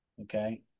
okay